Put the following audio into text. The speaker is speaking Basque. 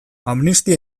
amnistia